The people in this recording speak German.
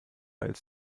als